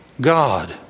God